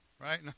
right